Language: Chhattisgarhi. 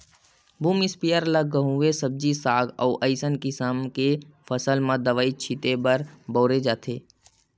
बूम इस्पेयर ल गहूँए सब्जी साग अउ असइने किसम के फसल म दवई छिते बर बउरे जाथे